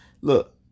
Look